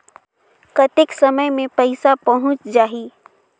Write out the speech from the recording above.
कतेक समय मे पइसा पहुंच जाही?